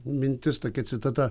mintis tokia citata